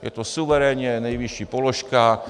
Je to suverénně nejvyšší položka.